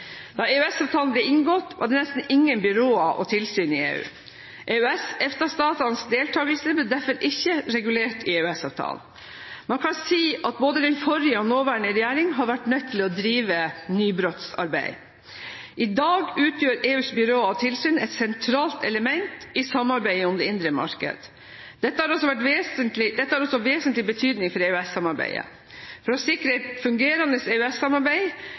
Da EØS-avtalen ble inngått, var det nesten ingen byråer og tilsyn i EU. EØS/EFTA-statenes deltakelse ble derfor ikke regulert i EØS-avtalen. Man kan si at både den forrige og den nåværende regjeringen har vært nødt til å drive nybrottsarbeid. I dag utgjør EUs byråer og tilsyn et sentralt element i samarbeidet om det indre marked. Dette har også vesentlig betydning for EØS-samarbeidet. For å sikre et fungerende